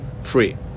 free